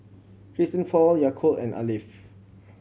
Christian Paul Yakult and Alf